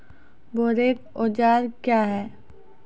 बोरेक औजार क्या हैं?